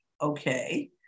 Okay